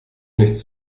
nichts